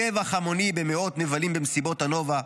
טבח המוני במאות מבלים במסיבות הנובה,